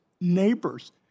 neighbors